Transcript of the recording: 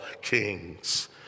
kings